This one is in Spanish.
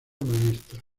maestra